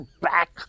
back